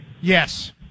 Yes